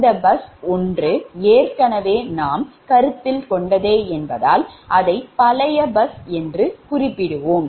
இந்த பஸ் 1 ஏற்கனவே நாம் முன்பு கருத்தில் கொண்டதே என்பதால் அதை பழைய பஸ் என்று குறிப்பிடுவோம்